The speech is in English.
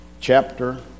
chapter